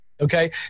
Okay